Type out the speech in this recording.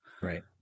Right